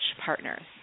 partners